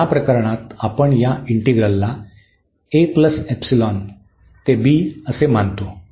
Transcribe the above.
आणि या प्रकरणात आपण या इंटिग्रलला a ϵ ते b मानतो